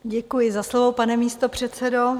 Děkuji za slovo, pane místopředsedo.